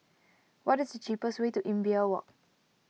what is the cheapest way to Imbiah Walk